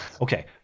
okay